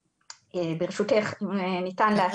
ברשותך, אם ניתן להציע.